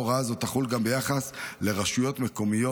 הוראה זו תחול גם ביחס לרשויות מקומיות,